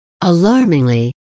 alarmingly